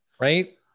Right